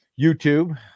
YouTube